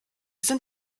sind